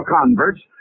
converts